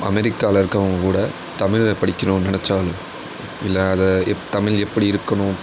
அமேரிக்காவில் இருக்கவங்க கூட தமிழ் படிக்கணும்னு நினச்சால் இல்லை அதை எப் தமிழ் எப்படி இருக்கணும்